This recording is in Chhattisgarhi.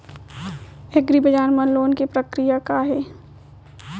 एग्रीबजार मा लोन के का प्रक्रिया हे?